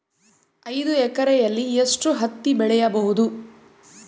ಐದು ಎಕರೆಯಲ್ಲಿ ಎಷ್ಟು ಹತ್ತಿ ಬೆಳೆಯಬಹುದು?